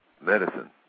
medicine